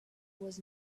was